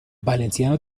valenciano